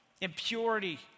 impurity